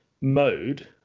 mode